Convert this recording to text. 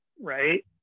right